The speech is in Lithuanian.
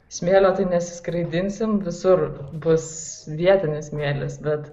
smėlio tai nesiskraidinsim visur bus vietinis smėlis bet